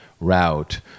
route